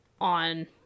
on